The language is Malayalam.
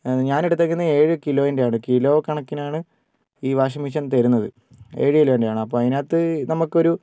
ഞാൻ എടുത്തിരിക്കുന്നത് ഏഴ് കിലോൻ്റെ ആണ് കിലോ കണക്കിനാണ് ഈ വാഷിംഗ് മെഷീൻ തരുന്നത് ഏഴു കിലോ തന്നെയാണ് അപ്പം അതിനകത്ത് നമുക്ക് ഒരു